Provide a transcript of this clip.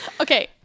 Okay